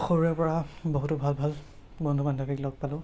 সৰুৰেপৰা বহুতো ভাল ভাল বন্ধু বান্ধৱীক লগ পালোঁ